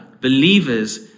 believers